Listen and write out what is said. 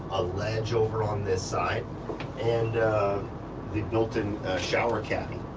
a ledge over on this side and the built-in shower caddy.